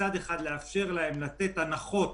מצד אחד, לאפשר להן לתת הנחות